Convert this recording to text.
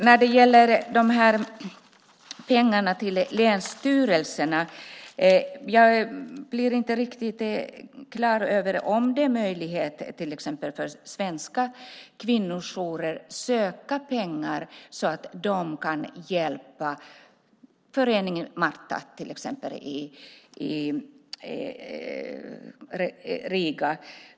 När det gäller pengarna till länsstyrelserna blir jag inte riktigt på det klara med om det finns möjligheter för till exempel svenska kvinnojourer att söka pengar så att de kan hjälpa exempelvis föreningen Marta i Riga.